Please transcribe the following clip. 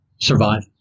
survive